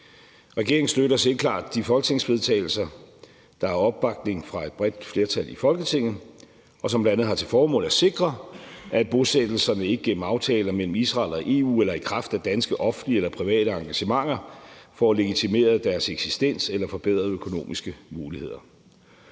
Regeringen støtter selvklart de folketingsvedtagelser, der har opbakning fra et bredt flertal i Folketinget, og som bl.a. har til formål at sikre, at bosættelserne ikke gennem aftaler mellem Israel og EU eller i kraft af danske offentlige eller private engagementer får legitimeret deres eksistens eller får forbedrede økonomiske muligheder.